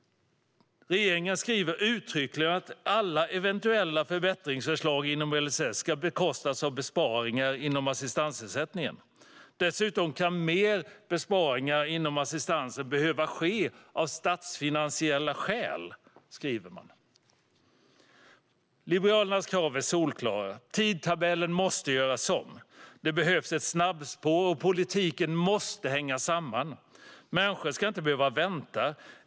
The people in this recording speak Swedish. Regeringen skriver uttryckligen att alla eventuella förbättringsförslag inom LSS ska bekostas av besparingar inom assistansersättningen. Dessutom kan mer besparingar inom assistansen behöva ske av statsfinansiella skäl, skriver man. Liberalerna krav är solklara. Tidtabellen måste göras om. Det behövs ett snabbspår, och politiken måste hänga samman. Människor ska inte behöva vänta.